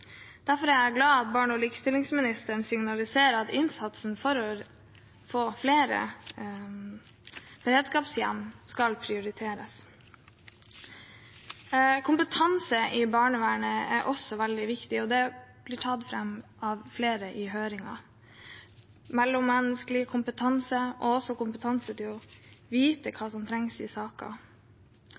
Derfor er jeg glad for at barne- og likestillingsministeren signaliserer at innsatsen for å få flere beredskapshjem skal prioriteres. Kompetanse i barnevernet er også veldig viktig, og det blir tatt fram av flere i høringen – mellommenneskelig kompetanse og også kompetanse til å vite hva som trengs i